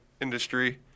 industry